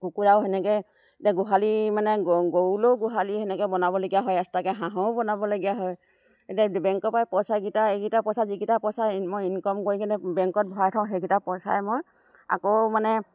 কুকুৰাও সেনেকৈ এতিয়া গোহালি মানে গৰুলৈয়ো গোহালি সেনেকৈ বনাবলগীয়া হয় এক্সট্ৰাকৈ হাঁহৰো বনাবলগীয়া হয় এতিয়া বেংকৰপৰাই পইচাকেইটা এইকেইটা পইচা যিকেইটা পইচা মই ইনকম কৰি কিনে বেংকত ভৰাই থওঁ সেইকেইটা পইচাই মই আকৌ মানে